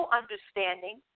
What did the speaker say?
understanding